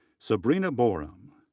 sabrina boam,